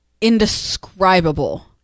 indescribable